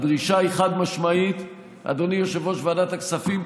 הדרישה היא חד-משמעית: אדוני יושב-ראש ועדת הכספים,